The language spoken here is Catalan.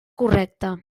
correcta